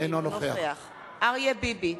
אינו נוכח אריה ביבי,